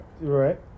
Right